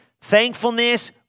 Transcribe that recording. thankfulness